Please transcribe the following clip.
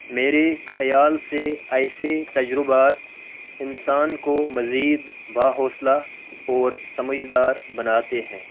میرے خیال سے ایسے تجربات انسان کو مزید با حوصلہ اور سمجھدار بناتے ہیں